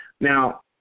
Now